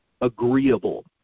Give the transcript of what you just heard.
agreeable